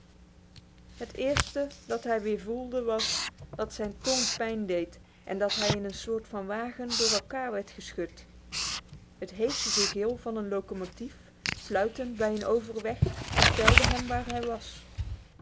het eerste dat hij weer voelde was dat zijn tong pijn deed en dat hij in een soort van wagen door elkaar werd geschud het hese gegil van een locomotief fluitend bij een overweg vertelde hem waar hij was